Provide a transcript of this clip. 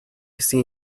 see